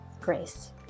grace